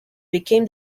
became